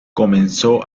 comenzó